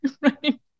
Right